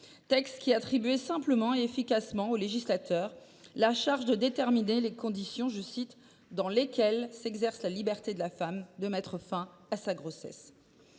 Bas, qui attribuait simplement et efficacement au législateur la charge de déterminer les conditions « dans lesquelles s’exerce la liberté de la femme de mettre fin à sa grossesse ».